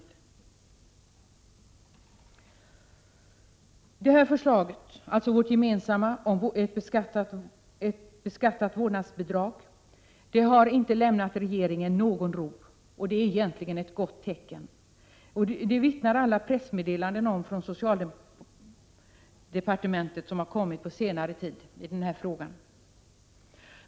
Vårt gemensamma förslag, dvs. ett beskattat vårdnadsbidrag, har inte lämnat regeringen någon ro — det är ett gott tecken. Det vittnar bl.a. alla pressmeddelanden om från socialdepartementet i denna fråga som har kommit på senare tid.